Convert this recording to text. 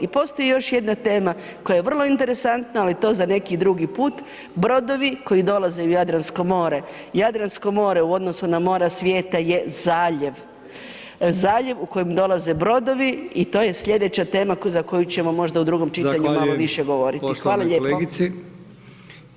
I postoji još jedna tema koja je vrlo interesantna, ali to za neki drugi put, brodovi koji dolaze u Jadransko more, Jadransko more u odnosu na mora svijeta je zaljev, zaljev u kojem dolaze brodovi i to je slijedeća tema za koju ćemo možda u drugom čitanju [[Upadica: Zahvaljujem…]] malo više govoriti [[Upadica: …poštovanoj kolegici]] Hvala lijepo.